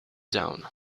town